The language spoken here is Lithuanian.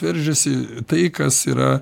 veržiasi tai kas yra